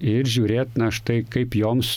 ir žiūrėt na štai kaip joms